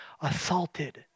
assaulted